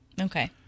Okay